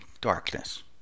darkness